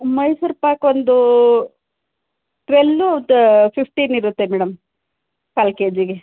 ಮೈಸೂರು ಪಾಕು ಒಂದೂ ಟ್ವೆಲ್ಲು ತ ಫಿಫ್ಟೀನ್ ಇರುತ್ತೆ ಮೇಡಮ್ ಕಾಲು ಕೆ ಜಿಗೆ